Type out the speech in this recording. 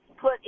put